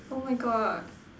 oh my God